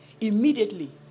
immediately